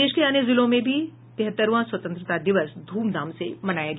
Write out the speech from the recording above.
प्रदेश के अन्य जिलों में भी तिहत्तरवां स्वतंत्रता दिवस धूमधाम से मनाया गया